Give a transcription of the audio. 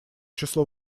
число